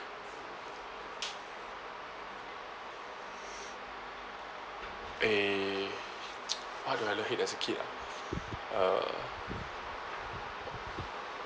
eh what do I hate as a kid ah uh